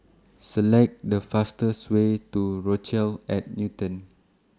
Select The fastest Way to Rochelle At Newton